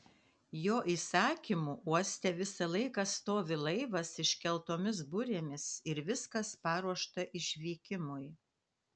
jo įsakymu uoste visą laiką stovi laivas iškeltomis burėmis ir viskas paruošta išvykimui